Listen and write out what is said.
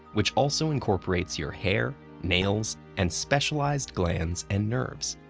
which also incorporates your hair, nails, and specialized glands and nerves.